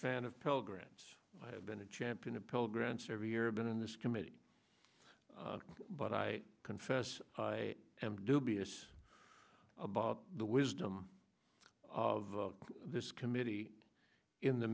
grants i have been a champion of pell grants every year i've been in this committee but i confess i am dubious about the wisdom of this committee in the